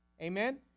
Amen